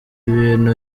ibintu